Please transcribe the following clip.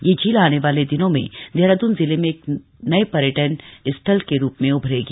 यह झील आने वाले दिनों में देहरादून जिले में नए पर्यटक स्थल के रूप भी उभरेगी